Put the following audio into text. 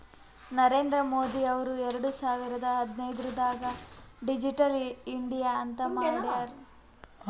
ನರೇಂದ್ರ ಮೋದಿ ಅವ್ರು ಎರಡು ಸಾವಿರದ ಹದಿನೈದುರ್ನಾಗ್ ಡಿಜಿಟಲ್ ಇಂಡಿಯಾ ಅಂತ್ ಮಾಡ್ಯಾರ್